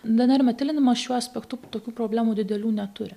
dnr metilinimas šiuo aspektu tokių problemų didelių neturi